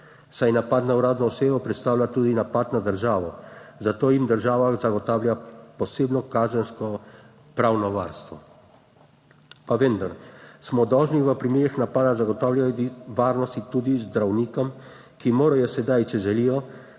saj napad na uradno osebo predstavlja tudi napad na državo, zato jim država zagotavlja posebno kazenskopravno varstvo, pa vendar smo dolžni v primerih napada zagotavljati varnost tudi zdravnikom, ki morajo sedaj, če želijo,